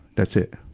that's it.